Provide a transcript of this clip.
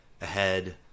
ahead